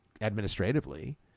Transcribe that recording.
administratively